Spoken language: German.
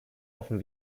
offen